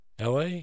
LA